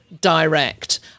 direct